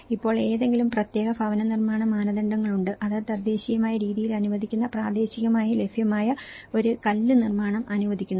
ഇപ്പോൾ ഏതെങ്കിലും പ്രത്യേക ഭവന നിർമാണ മാനദണ്ഡങ്ങളുണ്ട് അത് തദ്ദേശീയമായ രീതികൾ അനുവദിക്കുന്ന പ്രാദേശികമായി ലഭ്യമായ ഒരു കല്ല് നിർമ്മാണം അനുവദിക്കുന്നു